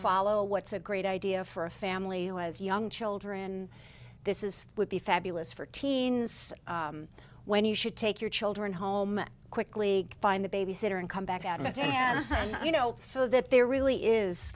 follow what's a great idea for a family who has young children this is would be fabulous for teens when you should take your children home quickly find a babysitter and come back out and you know so that there really is